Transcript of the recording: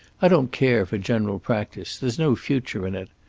i don't care for general practise there's no future in it.